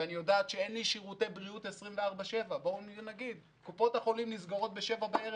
היא יודעת שאין לי שירותי בריאות 24/7. קופות החולים נסגרות ב-19:00,